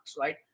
right